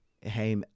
hey